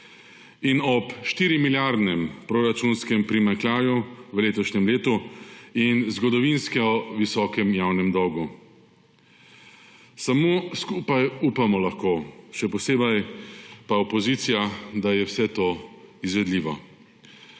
in ob 4-milijardnem proračunskem primanjkljaju v letošnjem letu in zgodovinsko visokem javnem dolgu. Samo skupaj lahko upamo, še posebej pa opozicija, da je vse to izvedljivo.